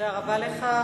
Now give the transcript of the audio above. תודה רבה לך.